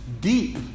deep